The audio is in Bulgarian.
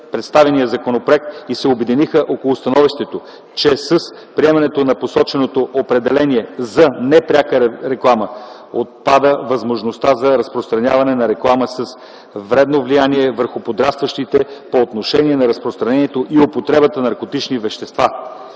представения законопроект и се обединиха около становището, че с приемането на посоченото определение за „Непряка реклама” отпада възможността за разпространяване на реклами с вредно влияние върху подрастващите по отношение на разпространението и употребата на наркотични вещества.